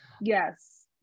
yes